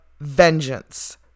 vengeance